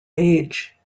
age